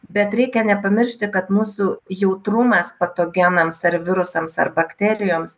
bet reikia nepamiršti kad mūsų jautrumas patogenams ar virusams ar bakterijoms